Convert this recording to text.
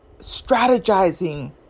strategizing